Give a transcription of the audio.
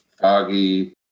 foggy